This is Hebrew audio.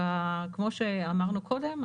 כמו שאמרנו קודם,